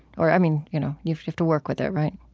or, i mean, you know you you have to work with it, right?